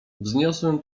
wzniosłem